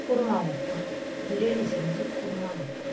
குருமா வைப்போம் பிரியாணி செஞ்சு குருமா வைப்போம்